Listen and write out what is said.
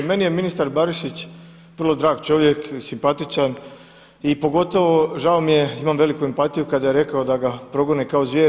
Meni je ministar Barišić vrlo drag čovjek i simpatičan i pogotovo žao mi je imam veliku empatiju kada je rekao da ga progone kao zvijeri.